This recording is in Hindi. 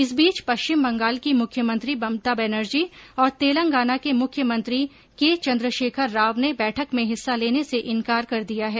इस बीच पश्चिम बंगाल की मुख्यमंत्री ममता बेनर्जी और तेलंगाना के मुख्यमंत्री के चन्द्रशेखर राव ने बैठक में हिस्सा लेने से इन्कार कर दिया है